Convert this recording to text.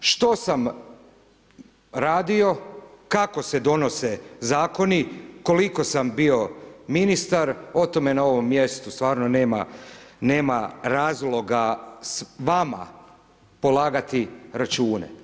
Što sam radio, kako se donose zakoni, koliko sam bio ministar o tome na ovom mjestu stvarno nema razloga vama polagati račune.